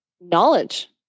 knowledge